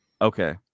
Okay